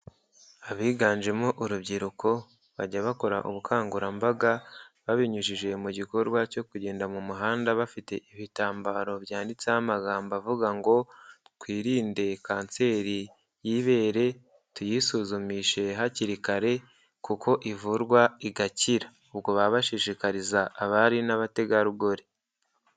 Abiganjemo urubyiruko bajya bakora ubukangurambaga, babinyujije mu gikorwa cyo kugenda mu muhanda bafite ibitambaro byanditseho amagambo avuga ngo "Twirinde kanseri y'ibere tuyisuzumishe hakiri kare kuko ivurwa igakira". Ubwo baba bashishikariza abari n'abategarugori.